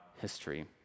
history